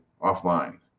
offline